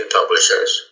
publishers